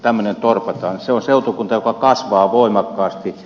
se on seutukunta joka kasvaa voimakkaasti